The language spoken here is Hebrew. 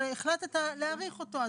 אבל החלטת להאריך אותו.